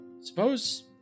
suppose